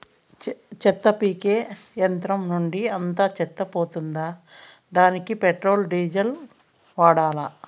చెత్త పీకే యంత్రం నుండి అంతా చెత్త పోతుందా? దానికీ పెట్రోల్, డీజిల్ వాడాలా?